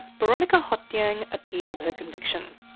boronika hothnyang appealed her conviction.